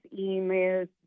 emails